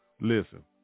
Listen